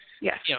Yes